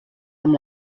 amb